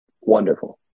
wonderful